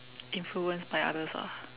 influence by others ah